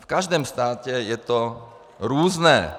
V každém státě je to různé.